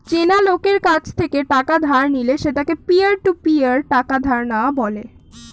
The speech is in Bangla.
চেনা লোকের কাছ থেকে টাকা ধার নিলে সেটাকে পিয়ার টু পিয়ার টাকা ধার নেওয়া বলে